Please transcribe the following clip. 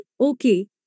okay